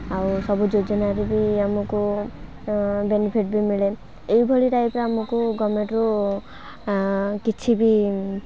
ଆଉ ସବୁ ଯୋଜନାରେ ବି ଆମକୁ ବେନିଫିଟ୍ ବି ମିଳେ ଏହିଭଳି ଟାଇପ୍ର ଆମକୁ ଗଭର୍ଣ୍ଣମେଣ୍ଟ୍ରୁ କିଛି ବି